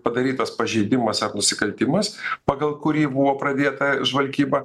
padarytas pažeidimas ar nusikaltimas pagal kurį buvo pradėta žvalgyba